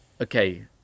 Okay